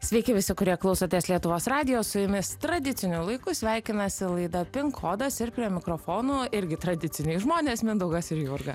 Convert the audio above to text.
sveiki visi kurie klausotės lietuvos radijo su jumis tradiciniu laiku sveikinasi laida pin kodas ir prie mikrofonų irgi tradiciniai žmonės mindaugas ir jurga